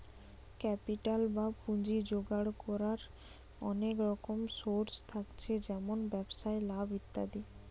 capital বা পুঁজি জোগাড় কোরার অনেক রকম সোর্স থাকছে যেমন ব্যবসায় লাভ ইত্যাদি